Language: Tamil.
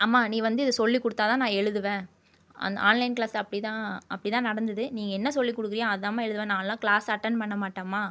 அம்மா நீ வந்து இதை சொல்லி கொடுத்தா தான் நான் எழுதுவேன் அ ஆன்லைன் க்ளாஸ் அப்படி தான் அப்படி தான் நடந்துது நீ என்ன சொல்லி கொடுக்குறீயோ அதாம்மா எழுதுவேன் நான்லாம் க்ளாஸ் அட்டன் பண்ண மாட்டேம்மா